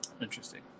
Interesting